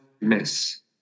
miss